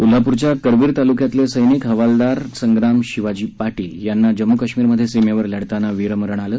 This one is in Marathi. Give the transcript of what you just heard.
कोल्हाप्रच्या करवीर तालुक्यातले समिक हवालदार संग्राम शिवाजी पाटील यांना जम्म् काश्मीरमध्ये सीमेवर लढताना वीरमरण आलं